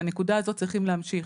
מהנקודה הזאת חייבים להמשיך.